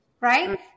right